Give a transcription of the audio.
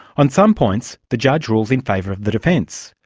on some points, the judge rules in favour of the defence,